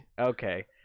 Okay